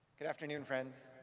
good afternoon, friends.